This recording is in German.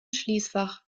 schließfach